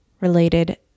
related